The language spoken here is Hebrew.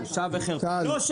בושה וחרפה.